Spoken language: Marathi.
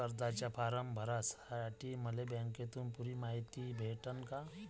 कर्जाचा फारम भरासाठी मले बँकेतून पुरी मायती भेटन का?